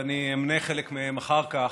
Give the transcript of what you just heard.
ואני אמנה חלק מהם אחר כך,